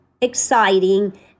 exciting